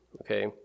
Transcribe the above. okay